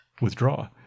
withdraw